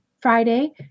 Friday